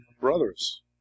Brothers